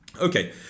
Okay